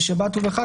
בשבת ובחג,